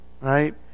right